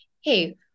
Hey